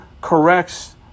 corrects